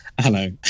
Hello